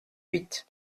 huit